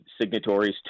signatories